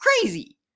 crazy